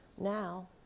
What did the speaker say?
Now